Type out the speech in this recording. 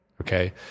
Okay